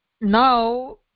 now